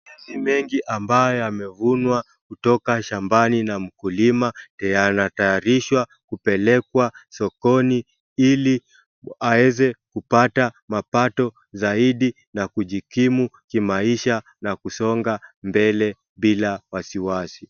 Mandizi mengi ambayo yamevunwa kutoka shambani na mkulima yanatayarishwa kupelekwa sokoni ili aweze kupata mapato zaidi na kujikimu kimaisha na kusonga mbele bila wasiwasi.